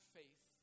faith